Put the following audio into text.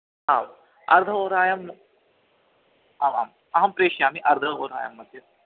आम् अर्धहोरायाम् आम् अहं प्रेषयिष्यामि अर्धहोरायाम्मध्ये